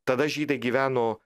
tada žydai gyveno